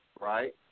right